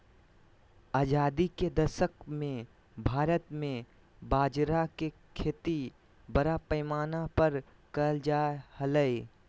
आजादी के दशक मे भारत मे बाजरा के खेती बड़ा पैमाना पर करल जा हलय